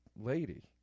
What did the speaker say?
lady